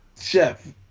Chef